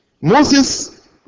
Moses